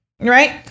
right